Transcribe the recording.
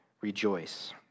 rejoice